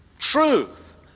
Truth